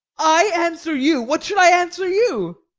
i answer you! what should i answer you?